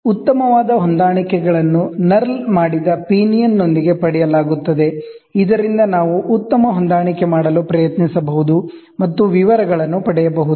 ಉತ್ತಮವಾದ ಹೊಂದಾಣಿಕೆಗಳನ್ನು ನರ್ಲ್ ಮಾಡಿದ ಪಿನಿಯನ್ ನೊಂದಿಗೆ ಪಡೆಯಲಾಗುತ್ತದೆ ಇದರಿಂದ ನಾವು ಉತ್ತಮ ಹೊಂದಾಣಿಕೆ ಮಾಡಲು ಪ್ರಯತ್ನಿಸಬಹುದು ಮತ್ತು ವಿವರಗಳನ್ನು ಪಡೆಯಬಹುದು